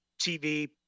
TV